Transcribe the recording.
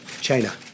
China